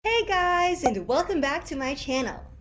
hey guys and welcome back to my channel.